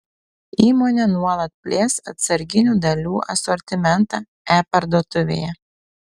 įmonė nuolat plės atsarginių dalių asortimentą e parduotuvėje